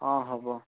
ହଁ ହେବ